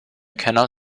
cannot